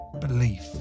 belief